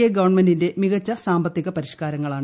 A ഗവൺമെന്റിന്റെ മികച്ച സാമ്പത്തിക പരിഷ്കാരങ്ങളാണ്